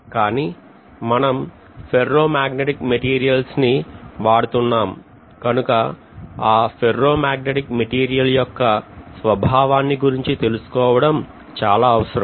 కానీ మనం ferro magnetic materials ని వాడుతున్నాము కనుక ఆ ఫెర్రో మాగ్నెటిక్ మెటీరియల్ యొక్క స్వభావాన్ని గురించి తెలుసుకోవడం చాలా అవసరం